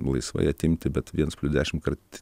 laisvai atimti bet viens dešimt kart